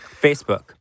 Facebook